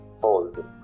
hold